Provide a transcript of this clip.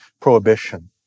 prohibition